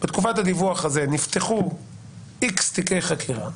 "בתקופת הדיווח הזה נפתחו X תיקי חקירה,